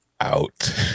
out